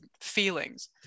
feelings